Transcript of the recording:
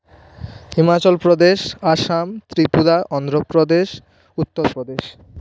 Himachal Pradesh Assam Tripura Andhra Pradesh Uttar Pradesh